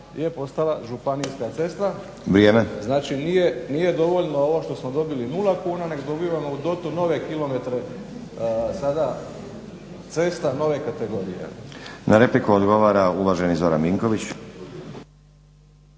Na repliku odgovara zastupnik Zoran Vinković.